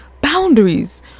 boundaries